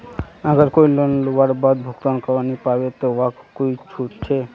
अगर कोई लोन लुबार बाद भुगतान करवा नी पाबे ते वहाक कोई छुट छे?